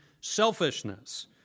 selfishness